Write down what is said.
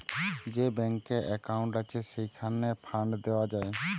যে ব্যাংকে একউন্ট আছে, সেইখানে ফান্ড দেওয়া যায়